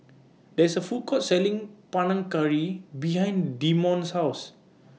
There IS A Food Court Selling Panang Curry behind Demonte's House